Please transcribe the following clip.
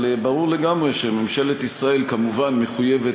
אבל ברור לגמרי שממשלת ישראל כמובן מחויבת